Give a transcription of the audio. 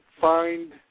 find